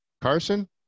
Carson